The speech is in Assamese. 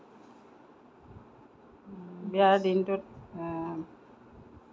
বিয়াৰ দিনটোত